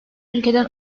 ülkeden